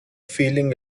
feeling